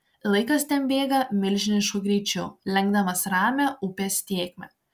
laikas ten bėga milžinišku greičiu lenkdamas ramią upės tėkmę